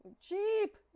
cheap